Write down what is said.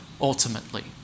ultimately